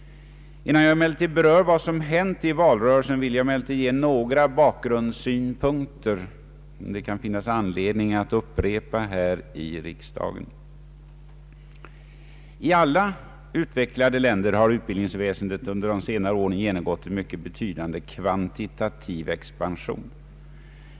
Innan jag berör vad som hänt i valrörelsen vill jag emellertid ge några bakgrundssynpunkter som det kan finnas anledning att upprepa här i riksdagen. I alla utvecklade länder har utbildningsväsendet under de senare åren genomgått en mycket betydande kvantitativ expansion.